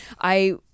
I-